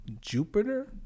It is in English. Jupiter